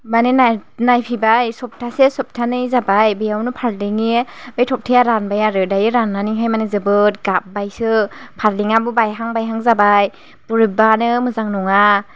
माने नाय नायफैबाय सफथासे सफथानै जाबाय बेयावनो फारलेंनि बे थगथाया रानबाय आरो दायो राननानैहाय माने जोबोद गाबबायसो फारलेंआबो बायहां बायहां जाबाय बोरैबानो मोजां नङा